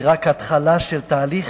היא רק התחלה של תהליך,